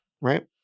Right